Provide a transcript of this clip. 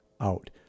out